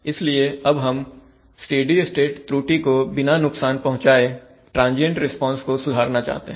इसलिए अब हम स्टेडी स्टेट त्रुटि को बिना नुकसान पहुँचाए ट्रांजियंट रिस्पांस को सुधारना चाहते हैं